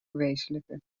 verwezenlijken